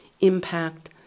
impact